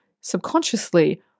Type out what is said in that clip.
subconsciously